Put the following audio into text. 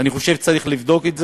אני חושב שצריך לבדוק את זה,